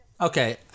Okay